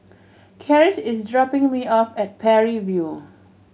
karis is dropping me off at Parry View